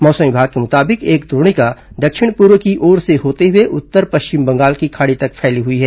मौसम विभाग के मुताबिक एक द्रोणिका दक्षिण पूर्व की ओर से होते हुए उत्तर पश्चिम बंगाल की खाड़ी तक फैली हुई है